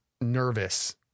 nervous